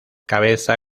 cabeza